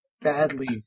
badly